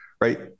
right